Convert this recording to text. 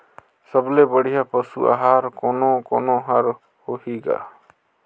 सबले बढ़िया पशु आहार कोने कोने हर होही ग?